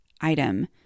item